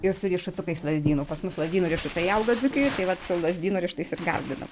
ir su riešutukais lazdynų pas mus lazdynų riešutai auga dzūkijoj tai vat su lazdyno riešutais ir gardinu